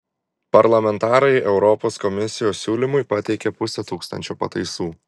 parlamentarai europos komisijos siūlymui pateikė pusę tūkstančio pataisų